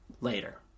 later